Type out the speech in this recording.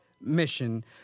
mission